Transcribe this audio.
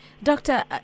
Doctor